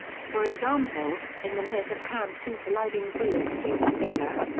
for example, in the myth of can two colliding bullets fuse together?